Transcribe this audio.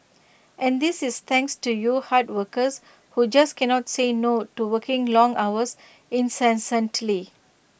and this is thanks to you hard workers who just cannot say no to working long hours incessantly